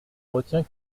retiens